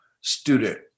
student